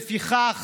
בכל מקרה,